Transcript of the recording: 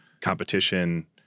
competition